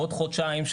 בעוד חודשיים,